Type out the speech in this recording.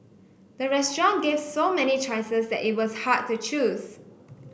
the restaurant gave so many choices that it was hard to choose